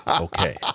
okay